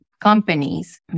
companies